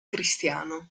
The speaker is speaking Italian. cristiano